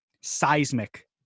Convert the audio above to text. seismic